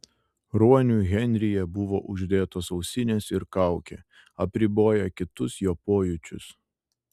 ruoniui henryje buvo uždėtos ausinės ir kaukė apriboję kitus jo pojūčius